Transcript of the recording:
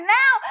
now